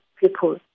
people